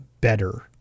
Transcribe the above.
better